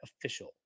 official